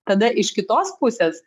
tada iš kitos pusės